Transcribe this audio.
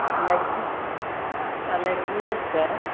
L I C L I C ये छै